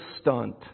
stunt